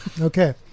Okay